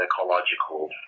ecological